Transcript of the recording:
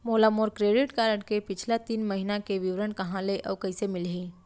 मोला मोर credit card के पिछला तीन महीना के विवरण कहाँ ले अऊ कइसे मिलही?